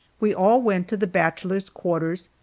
we all went to the bachelors' quarters,